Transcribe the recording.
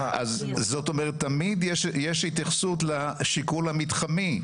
זאת אומרת תמיד יש התייחסות לשיקול המתחמי,